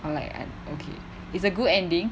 or like okay it's a good ending